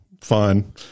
fun